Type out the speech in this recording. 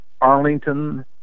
Arlington